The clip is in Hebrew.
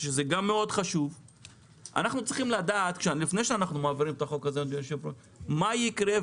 אנחנו צריכים לדעת לפני שאנחנו מעבירים את החוק הזה מה יקרה,